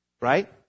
Right